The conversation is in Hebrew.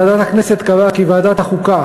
ועדת הכנסת קבעה כי ועדת החוקה,